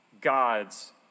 God's